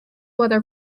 weather